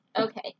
Okay